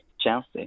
Chelsea